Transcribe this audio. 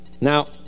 now